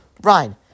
Ryan